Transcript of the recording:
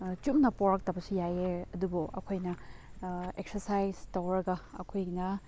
ꯆꯨꯝꯅ ꯄꯣꯛꯂꯛꯇꯕꯁꯨ ꯌꯥꯏꯌꯦ ꯑꯗꯨꯕꯨ ꯑꯩꯈꯣꯏꯅ ꯑꯦꯛꯁꯔꯁꯥꯏꯁ ꯇꯧꯔꯒ ꯑꯩꯈꯣꯏꯅ